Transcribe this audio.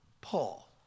Paul